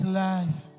life